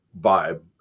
vibe